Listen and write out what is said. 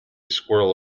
squirrel